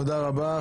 תודה רבה.